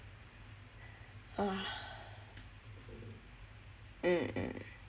mm mm